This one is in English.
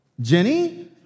Jenny